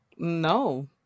no